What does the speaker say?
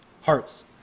hearts